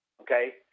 Okay